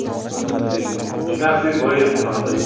بَس بَس یِتُے یہِ چھُ مےٚ اَکھتُے بٲیِس خانٛدَر